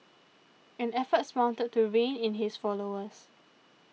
and efforts mounted to rein in his followers